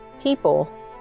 people